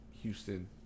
Houston